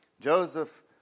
Joseph